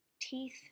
teeth